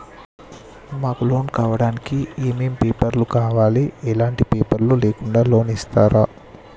మాకు లోన్ కావడానికి ఏమేం పేపర్లు కావాలి ఎలాంటి పేపర్లు లేకుండా లోన్ ఇస్తరా?